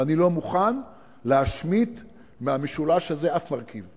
ואני לא מוכן להשמיט מהמשולש הזה אף מרכיב.